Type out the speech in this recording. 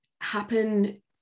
happen